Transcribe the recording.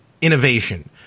innovation